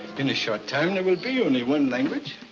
in a short time there will be only one language.